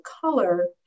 color